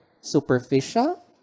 superficial